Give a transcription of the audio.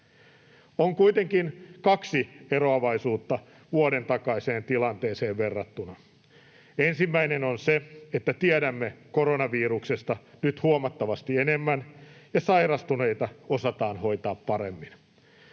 On kuitenkin kaksi eroavaisuutta vuoden takaiseen tilanteeseen verrattuna. Ensimmäinen on se, että tiedämme koronaviruksesta nyt huomattavasti enemmän ja sairastuneita osataan hoitaa paremmin.